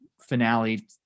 finale